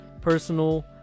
personal